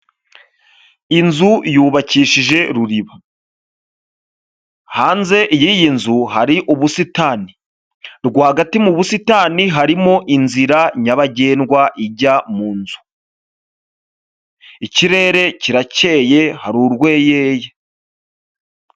Inzu yubakishije ruriba, hanze y'iyi nzu hari ubusitani, rwagati mu busitani harimo inzira nyabagendwa ijya mu nzu, ikirere kirakeye hari urweyeye.